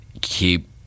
keep